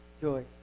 Joy